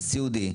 סיעודי,